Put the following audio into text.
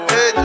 Hey